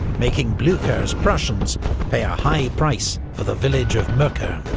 making blucher's prussians pay a high price for the village of mockern.